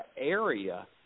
area